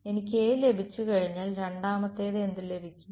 എനിക്ക് A ലഭിച്ചുകഴിഞ്ഞാൽ രണ്ടാമത്തേത് എന്ത് ലഭിക്കും